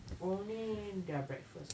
only their breakfast